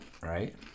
Right